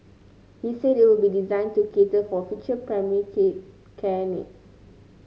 he said it will be designed to cater for future primary care needs